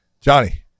Johnny